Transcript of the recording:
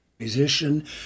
musician